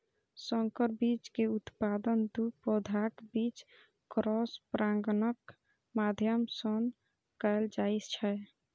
संकर बीज के उत्पादन दू पौधाक बीच क्रॉस परागणक माध्यम सं कैल जाइ छै